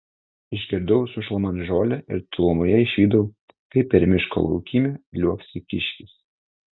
išgirdau sušlamant žolę ir tolumoje išvydau kaip per miško laukymę liuoksi kiškis